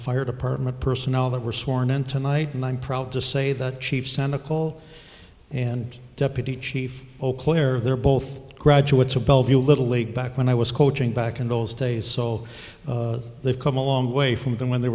fire department personnel that were sworn in tonight and i'm proud to say that chief senekal and deputy chief auclair they're both graduates of bellevue a little late back when i was coaching back in those days so they've come a long way from them when they